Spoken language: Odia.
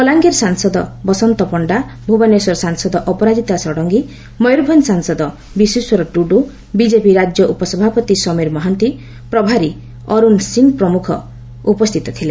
ବଲାଙ୍ଗୀର ସାଂସଦ ବସନ୍ତ ପଶ୍ତା ଭୁବନେଶ୍ୱର ସାଂସଦ ଅପରାଜିତା ଷଡ଼ଙ୍ଗୀ ମୟରଭଞ ସାଂସଦ ବିଶ୍ୱେଶ୍ୱର ଟୁଡୁ ବିଜେପି ରାଜ୍ୟ ଉପସଭାପତି ସମୀର ମହାନ୍ତି ପ୍ରଭାରୀ ଅରୁଣ ସିଂହ ପ୍ରମୁଖ ଉପସ୍ଥିତ ଥିଲେ